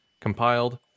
compiled